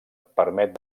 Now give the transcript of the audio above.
permet